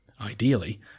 ideally